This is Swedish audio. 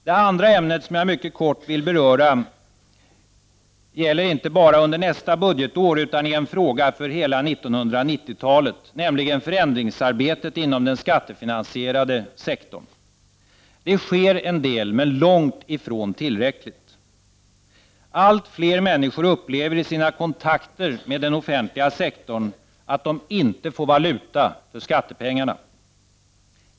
Det andra ämnet som jag mycket kort vill beröra är en fråga som gäller inte bara för nästa budgetår utan också för hela 1990-talet, nämligen frågan om förändringsarbetet inom den skattefinansierade sektorn. Det sker en del, men långt ifrån tillräckligt. Allt fler människor upplever i sina kontakter med den offentliga sektorn att de inte får valuta för skattepengarna.